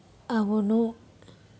అవును